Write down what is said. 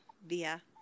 via